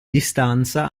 distanza